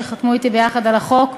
שחתמו ביחד אתי על החוק.